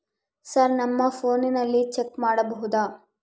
Sir ನಮ್ಮ ಫೋನಿನಲ್ಲಿ check ಮಾಡಬಹುದಾ?